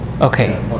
okay